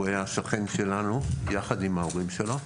הוא היה שכן שלנו יחד עם ההורים שלו.